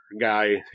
guy